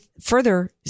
further